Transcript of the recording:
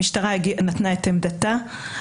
המשטרה נתנה את עמדתה,